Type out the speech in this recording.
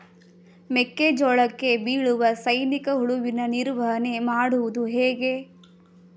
ಮೆಕ್ಕೆ ಜೋಳಕ್ಕೆ ಬೀಳುವ ಸೈನಿಕ ಹುಳುವಿನ ನಿರ್ವಹಣೆ ಮಾಡುವುದು ಹೇಗೆ?